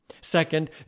Second